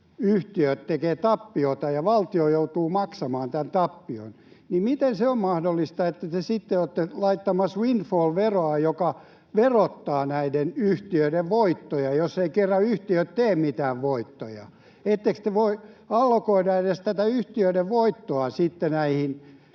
yhtiöt tekevät tappiota ja valtio joutuu maksamaan tämän tappion, niin miten se on mahdollista, että te sitten olette laittamassa windfall-veroa, joka verottaa näiden yhtiöiden voittoja, jos kerran yhtiöt eivät tee mitään voittoja? Ettekö te voi allokoida edes tätä yhtiöiden voittoa näihin